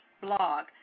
blog